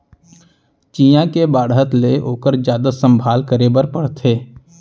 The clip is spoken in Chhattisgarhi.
चियॉ के बाढ़त ले ओकर जादा संभाल करे बर परथे